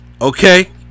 Okay